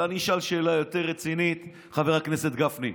אבל אני אשאל שאלה יותר רצינית, חבר הכנסת גפני.